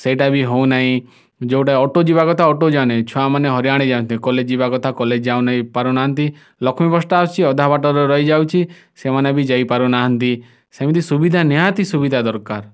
ସେଇଟା ବି ହଉ ନାହିଁ ଯେଉଁଟା ଅଟୋ ଯିବା କଥା ଅଟୋ ଯାଉନାହିଁ ଛୁଆମାନେ ହଇରାଣ ହେଇଯାନ୍ତି କଲେଜ ଯିବା କଥା କଲେଜ ଯାଉନାହିଁ ଯାଇପାରୁନାହାଁନ୍ତି ଲକ୍ଷ୍ମୀ ବସ୍ଟା ଆସୁଛି ଅଧା ବାଟରେ ରହିଯାଉଛି ସେମାନେ ବି ଯାଇପାରୁନାହାଁନ୍ତି ସେମିତି ସୁବିଧା ନିହାତି ସୁବିଧା ଦରକାର